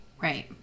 Right